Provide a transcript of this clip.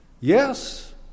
Yes